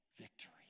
victory